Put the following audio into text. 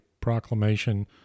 proclamation